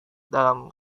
dalam